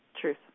Truth